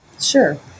Sure